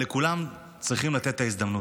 אבל לכולן צריכים לתת הזדמנות.